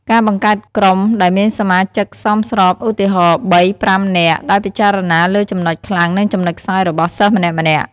ការបង្កើតក្រុមដែលមានសមាជិកសមស្រប ឧទាហរណ៍ ៣-៥ នាក់ ដោយពិចារណាលើចំណុចខ្លាំង និងចំណុចខ្សោយរបស់សិស្សម្នាក់ៗ។